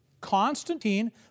Constantine